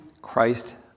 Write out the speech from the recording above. Christ